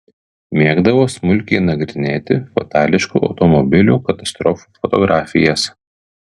mėgdavo smulkiai nagrinėti fatališkų automobilių katastrofų fotografijas